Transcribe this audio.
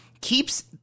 keeps